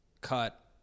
cut